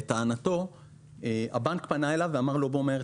לטענתו הבנק פנה אליו ואמר לו בוא מהר,